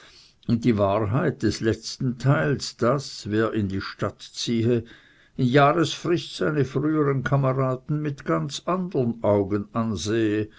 und die wahrheit des letzten teils daß wer in die stadt ziehe in jahresfrist seine frühern kameraden mit ganz andern augen ansehe